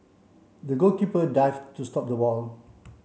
the goalkeeper dived to stop the ball